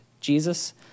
Jesus